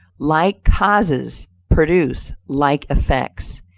like causes produce like effects.